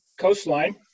coastline